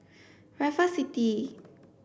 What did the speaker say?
Raffles City